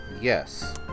Yes